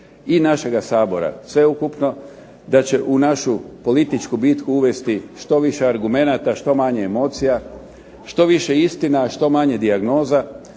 i našega Sabora sveukupno, da će u našu političku bitku uvesti što više argumenata, što manje emocija, što više istine, a što manje dijagnoza,